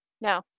No